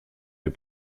les